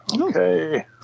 Okay